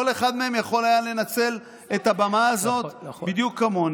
כל אחד מהם יכול היה לנצל את הבמה הזאת בדיוק כמוני.